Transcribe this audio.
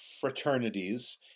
fraternities